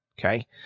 okay